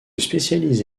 spécialise